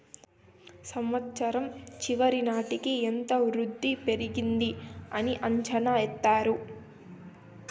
సంవచ్చరం చివరి నాటికి ఎంత వృద్ధి పెరిగింది అని అంచనా ఎత్తారు